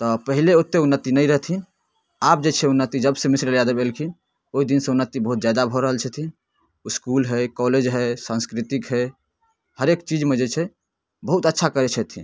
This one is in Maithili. तऽ पहिले ओतेक उन्नति नहि रहथिन आब जे छै उन्नति जबसँ मिसरी लाल यादव अएलखिन ओहिदिनसँ उन्नति बहुत ज्यादा भऽ रहल छथिन इसकुल हइ कॉलेज हइ साँस्कृतिक हइ हरेक चीजमे जे छै बहुत अच्छा करै छथिन